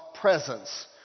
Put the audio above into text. presence